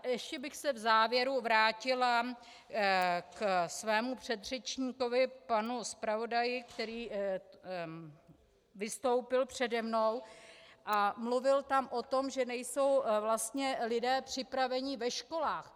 Ještě bych se v závěru vrátila k svému předřečníkovi, panu zpravodaji, který vystoupil přede mnou a mluvil tam o tom, že nejsou vlastně lidé připraveni ve školách.